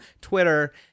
twitter